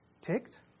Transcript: ticked